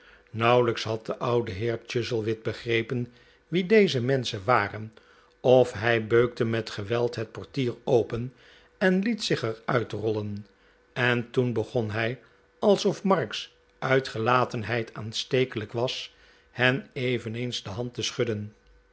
nauwelijks had de oud'heer chuzzlewit begrepen wie deze menschen waren of hij beukte met geweld het portier open en liet er zich uitrollen en toen begon hij alsof mark's uitgelatenheid aanstekelijk was hen eveneens de handen te schudden